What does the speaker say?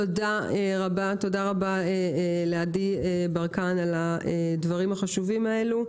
תודה רבה לעדי ברקן על הדברים החשובים האלה.